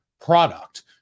product